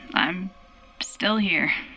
i'm still here.